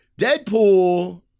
Deadpool